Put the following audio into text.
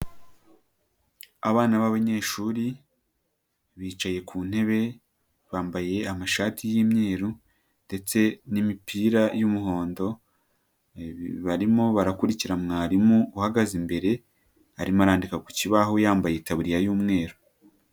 Abana b'abanyeshuri, bicaye ku ntebe bambaye amashati y'imyeru ndetse n'imipira y'umuhondo, barimo barakurikira mwarimu uhagaze imbere, arimo arandika ku kibaho yambaye itaburiya y'umweru.